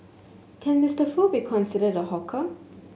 can Mister Foo be considered a hawker